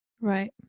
Right